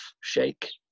shake